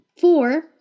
four